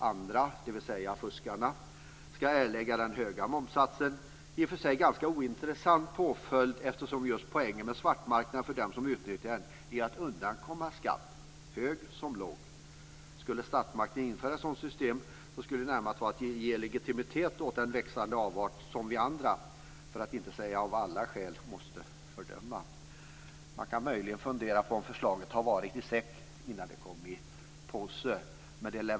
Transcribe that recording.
Andra, dvs. fuskarna, ska erlägga den höga momssatsen. Det är en i och för sig ganska ointressant påföljd, eftersom poängen med svartmarknaden för dem som utnyttjar den är att undkomma skatt, hög som låg. Skulle statsmakten införa ett sådant system skulle det ju närmast vara att ge legitimitet åt den växande avart som vi av andra, för att inte säga alla skäl måste fördöma. Man kan möjligen fundera på om förslaget har varit i säck innan det kom i påse.